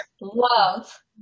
love